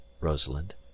Rosalind